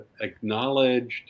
acknowledged